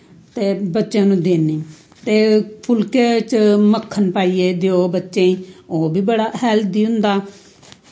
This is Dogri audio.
ते बच्चें नू दिन्नी ते फुल्के च मक्खन पाइयै देओ बच्चेंई ओह् बी बड़ा हैल्दी होंदा